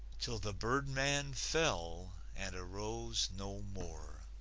till the birdman fell and arose no more.